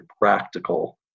practical